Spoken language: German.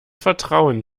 vertrauen